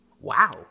Wow